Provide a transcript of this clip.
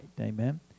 Amen